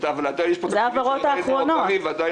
אז בואו